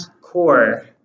core